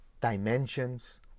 dimensions